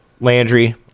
Landry